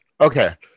Okay